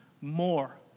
more